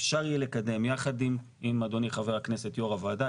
אפשר יהיה לקדם יחד עם א דוני ח"כ יו"ר הוועדה,